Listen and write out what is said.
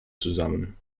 zusammen